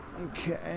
Okay